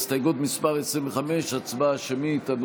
הסתייגות מס' 25, הצבעה שמית.